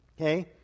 Okay